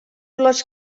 les